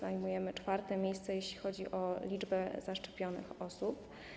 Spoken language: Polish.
Zajmujemy czwarte miejsce, jeśli chodzi o liczbę zaszczepionych osób.